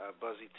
Buzzy